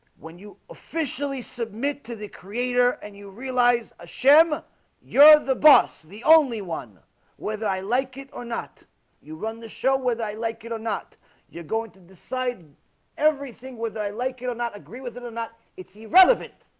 when you officially submit to the creator and you realize a shem you're the boss the only one whether i like it or not you run the show whether i like it or not you're going to decide everything whether i like it or not agree with it or not. it's irrelevant